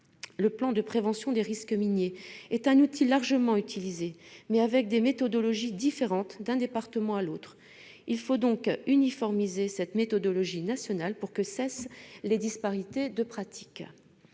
Le plan de prévention des risques miniers est un outil largement utilisé, mais avec des méthodologies différentes d'un département à l'autre. Il faut donc uniformiser cette méthodologie nationale pour que cessent les disparités de pratiques.